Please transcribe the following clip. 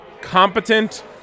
competent